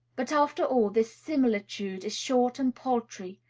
but, after all, this similitude is short and paltry,